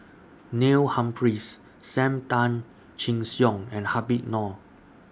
Neil Humphreys SAM Tan Chin Siong and Habib Noh